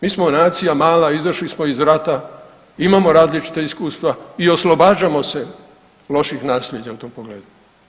Mi smo nacija mala izašli smo iz rata imamo različita iskustva i oslobađamo se loših nasljeđa u tom pogledu.